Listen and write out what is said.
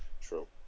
True